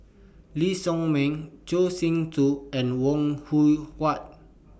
Lee Shao Meng Choor Singh Do and Wong Hui Wah